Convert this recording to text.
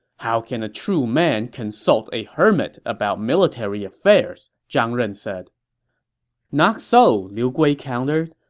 how can a true man consult a hermit about military affairs? zhang ren said not so, liu gui countered.